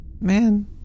Man